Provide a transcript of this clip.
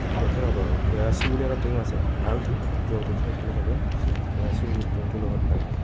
লক্ষীনগৰৰ K Y C বুলি এটা team আছে ভাল টিম য'তে ত'তে খেলি থাকে কে ৱাই চি টিমটোৰ লগত পালোঁ